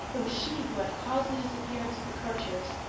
it was she who had caused the disappearance of the courtiers,